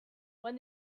when